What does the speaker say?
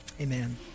Amen